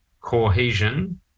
Cohesion